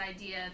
idea